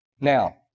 Now